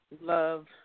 love